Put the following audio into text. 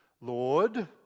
Lord